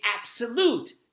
absolute